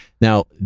Now